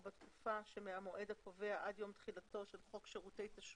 או בתקופה שמהמועד הקובע עד יום תחילתו של חוק שירותי תשלום,